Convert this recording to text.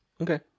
Okay